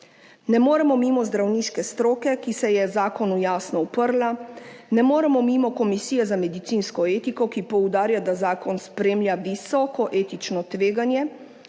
Ne moremo mimo zdravniške stroke, ki se je zakonu jasno uprla, ne moremo mimo Komisije Republike Slovenije za medicinsko etiko, ki poudarja, da zakon spremlja visoko etično tveganje